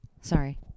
Sorry